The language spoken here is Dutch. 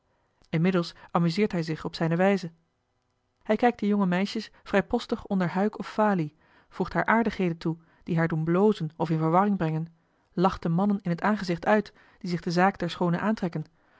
inmiddels amuseert hij zich op zijne wijze hij kijkt de jonge meisjes vrijpostig onder a l g bosboom-toussaint de delftsche wonderdokter eel huik of falie voegt haar aardigheden toe die haar doen blozen of in verwarring brengen lacht de mannen in het aangezicht uit die zich de zaak der schoonen aantrekken